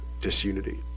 disunity